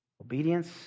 Obedience